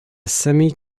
semi